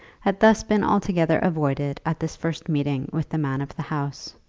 had thus been altogether avoided at this first meeting with the man of the house,